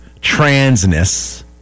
transness